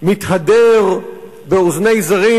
מתהדר באוזני זרים,